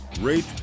rate